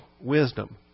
wisdom